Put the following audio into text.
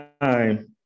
time